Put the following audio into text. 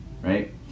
right